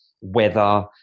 weather